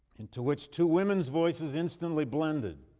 into which two women's voices instantly blended,